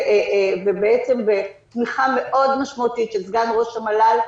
ובעצם בתמיכה מאוד משמעותית של סגן ראש המל"ל,